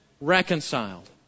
reconciled